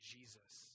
Jesus